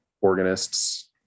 organists